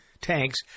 tanks